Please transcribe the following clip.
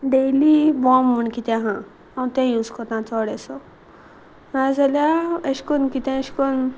daily warm म्हूण कितें आहा हांव तें यूज करता चडसो नाजाल्यार अशें करून कितें अशें करून